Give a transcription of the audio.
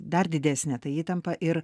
dar didesnė ta įtampa ir